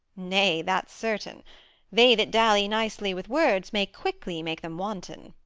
nay, that's certain they that dally nicely with words may quickly make them wanton.